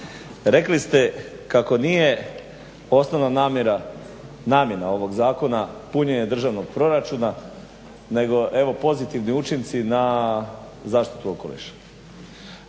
rekli ste kako nije osnovna namjera, namjena ovog zakona punjenje državnog proračuna, nego evo pozitivni učinci na zaštitu okoliša.